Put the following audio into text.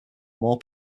more